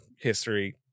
history